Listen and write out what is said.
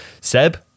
Seb